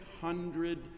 hundred